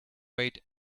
rate